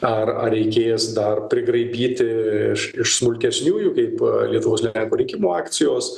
ar ar reikės dar prigraibyti iš iš smulkesniųjų kaip lietuvos lenkų rinkimų akcijos